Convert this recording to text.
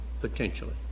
potentially